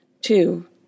Two